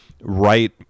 right